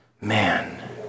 Man